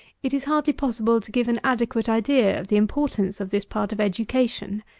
it is hardly possible to give an adequate idea of the importance of this part of education.